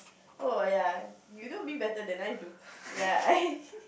oh ya you know me better than I do ya I